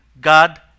God